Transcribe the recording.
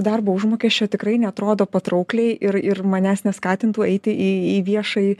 darbo užmokesčio tikrai neatrodo patraukliai ir ir manęs neskatintų eiti į viešąjį